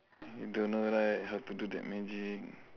you don't know right how to do that magic